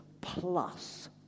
plus